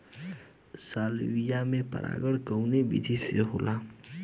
Salvia में परागण कउना विधि से होला?